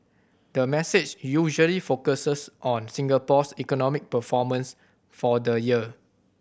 the message usually focuses on Singapore's economic performance for the year